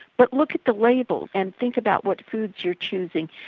but look at the labels and think about what foods you are choosing.